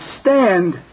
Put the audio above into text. stand